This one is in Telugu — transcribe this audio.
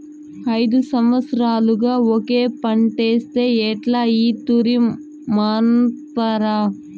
ఐదు సంవత్సరాలుగా ఒకే పంటేస్తే ఎట్టా ఈ తూరి మార్సప్పా